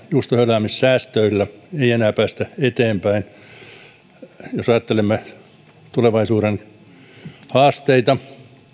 juustohöyläämissäästöillä ei enää päästä eteenpäin jos ajattelemme tulevaisuuden haasteita